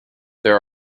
there